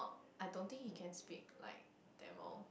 I don't think he can speak like Tamil